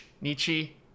Nietzsche